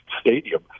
stadium